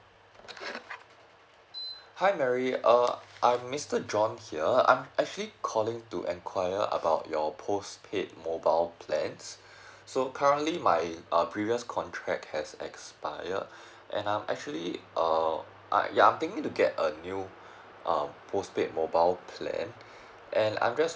hi mary err I am mister john here I am actually calling to inquire about your postpaid mobile plans so currently my uh previous contract has expired and I'm actually uh ya I thinking to get a new um postpaid mobile plan